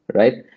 right